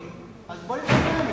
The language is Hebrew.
אז בואו נתקן בחקיקה.